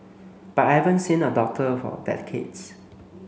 but I haven't seen a doctor for decades